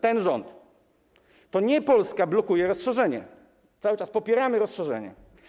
To nie Polska blokuje rozszerzenie, cały czas popieramy rozszerzenie.